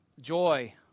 Joy